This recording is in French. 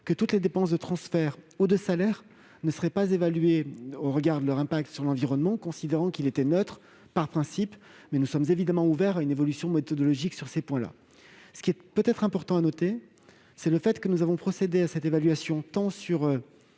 que toutes les dépenses de transfert ou de salaire ne seraient pas évaluées au regard de leur effet sur l'environnement, considérant que c'était par principe neutre. Nous sommes évidemment ouverts à une évolution méthodologique sur ces points. Il est important de le noter, nous avons procédé à cette évaluation tant sur